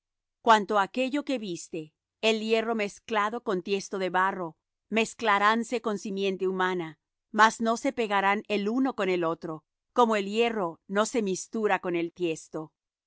cuanto á aquello que viste el hierro mezclado con tiesto de barro mezclaránse con simiente humana mas no se pegarán el uno con el otro como el hierro no se mistura con el tiesto